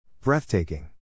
Breathtaking